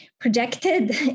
projected